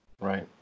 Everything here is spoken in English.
Right